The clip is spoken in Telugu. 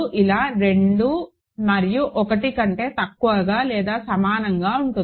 2 మరియు 1 కంటే తక్కువగా లేదా సమానంగా ఉంటుంది